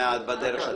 הוא יגיד: